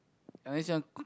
unless you want